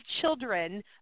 children